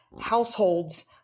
households